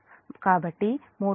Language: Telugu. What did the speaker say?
కాబట్టి మోటారు ఉంది j0